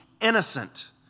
innocent